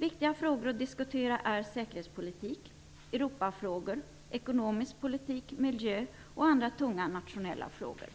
Viktiga frågor att diskutera är säkerhetspolitik, Europafrågor, ekonomisk politik, miljöpolitik och andra tunga nationella frågor.